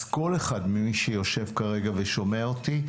אז כל אחד ממי שיושב כרגע ושומע אותי,